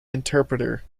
interpreter